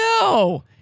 No